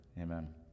Amen